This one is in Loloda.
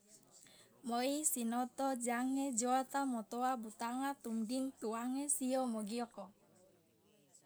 Moi sinoto jange joata motoa butanga tumding tuange sio mogioko.